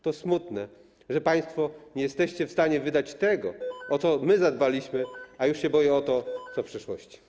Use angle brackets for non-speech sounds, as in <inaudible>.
To smutne, że państwo nie jesteście w stanie wydać tego, o co my zadbaliśmy, <noise> a boję się o to, co będzie w przyszłości.